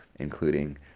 including